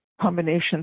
combinations